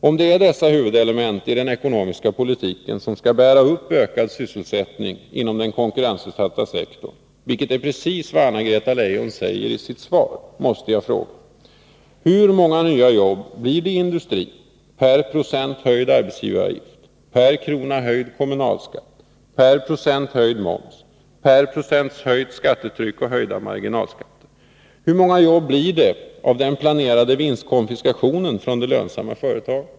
Om det är dessa huvudelement i den ekonomiska politiken som skall bära upp ökad sysselsättning inom den konkurrensutsatta sektorn, vilket är precis vad Anna-Greta Leijon säger i sitt svar, måste jag fråga: Hur många nya jobb i industrin blir det per procent höjd arbetsgivaravgift, per krona höjd kommunalskatt, per procent höjd moms, per procent höjt skattetryck och höjda marginalskatter? Hur många jobb blir det av den planerade vinstkonfiskationen från de lönsamma företagen?